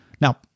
Now